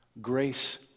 Grace